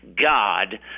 God